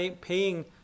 paying